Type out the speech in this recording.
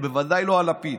ובוודאי לא על לפיד.